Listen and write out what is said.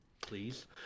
please